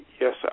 Yes